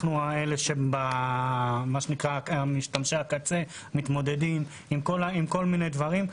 אנחנו משתמשי הקצה הם אלה שמתמודדים עם כל מיני דברים.